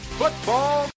football